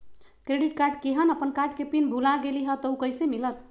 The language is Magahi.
क्रेडिट कार्ड केहन अपन कार्ड के पिन भुला गेलि ह त उ कईसे मिलत?